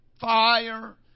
fire